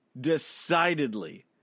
decidedly